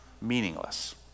meaningless